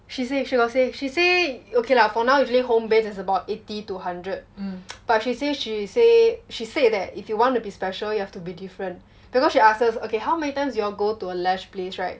she say she got say okay lah for now usually home based is about eighty to hundred but she say she say she said that if you want to be special you have to be different because she ask us okay how many times you all go to a lash place right